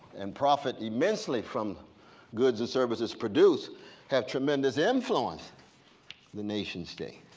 and profit immensely from goods and services produced have tremendous influence the nation state.